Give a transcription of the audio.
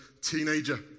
teenager